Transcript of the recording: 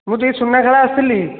ମୁଁ ଯେଇ ସୁନାଖେଳା ଆସିଥିଲି